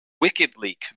wickedly